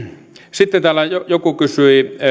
sitten täällä joku kysyi